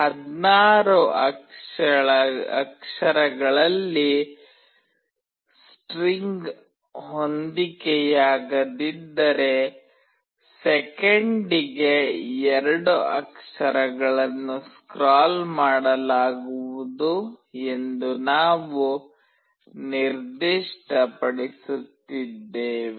16 ಅಕ್ಷರಗಳಲ್ಲಿ ಸ್ಟ್ರಿಂಗ್ ಹೊಂದಿಕೆಯಾಗದಿದ್ದರೆ ಸೆಕೆಂಡಿಗೆ 2 ಅಕ್ಷರಗಳನ್ನು ಸ್ಕ್ರಾಲ್ ಮಾಡಲಾಗುವುದು ಎಂದು ನಾವು ನಿರ್ದಿಷ್ಟಪಡಿಸುತ್ತಿದ್ದೇವೆ